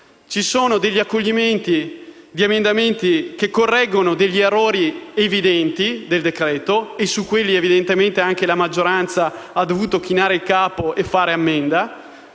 Sono stati accolti emendamenti che correggono errori evidenti del decreto-legge, e su quelli evidentemente anche la maggioranza ha dovuto chinare il capo e fare ammenda;